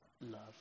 love